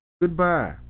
Goodbye